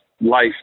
life